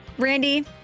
Randy